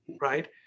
Right